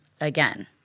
again